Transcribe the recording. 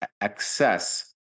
access